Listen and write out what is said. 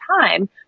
time